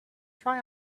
try